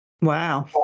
Wow